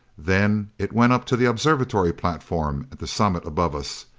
then it went up to the observatory platform at the summit above us,